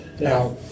Now